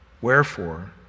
Wherefore